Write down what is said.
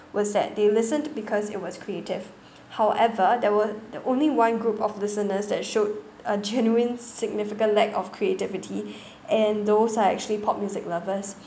was that they listened because it was creative however there were the only one group of listeners that showed a genuine significant lack of creativity and those are actually pop music lovers